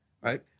right